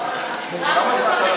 לדבר?